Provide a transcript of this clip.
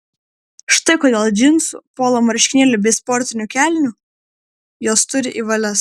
štai kodėl džinsų polo marškinėlių bei sportinių kelnių jos turi į valias